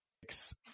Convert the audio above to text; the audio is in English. six